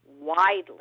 widely